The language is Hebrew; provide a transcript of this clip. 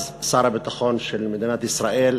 אז שר הביטחון של מדינת ישראל,